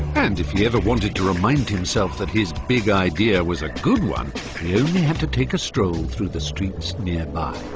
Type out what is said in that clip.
and if he ever wanted to remind himself that his big idea was a good one, he only had to take a stroll through the streets nearby.